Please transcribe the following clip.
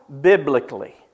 biblically